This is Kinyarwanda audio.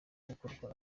gukorwa